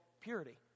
purity